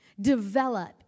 develop